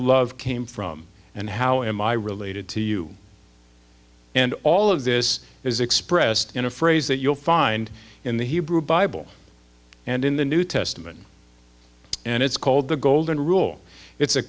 love came from and how am i related to you and all of this is expressed in a phrase that you'll find in the hebrew bible and in the new testament and it's called the golden rule it's a